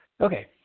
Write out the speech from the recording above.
Okay